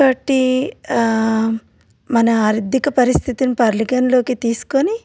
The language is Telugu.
ఒకటి మన ఆర్థిక పరిస్థితిని పరిగణలోకి తీసుకొని